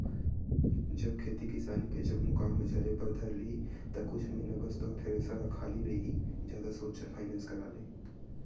जब खेती किसानी के जम्मो काम ह झरे बर धर लिही ता कुछ महिना बस तोर थेरेसर ह खाली रइही जादा सोच झन फायनेंस करा ले